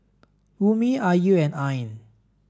Ummi Ayu and Ain